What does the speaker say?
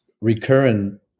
recurrent